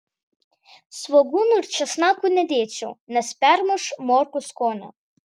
svogūnų ir česnakų nedėčiau nes permuš morkų skonį